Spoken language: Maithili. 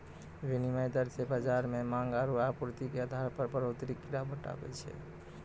विनिमय दर मे बाजार मे मांग आरू आपूर्ति के आधार पर बढ़ोतरी गिरावट आवै छै